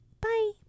bye